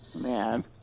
Man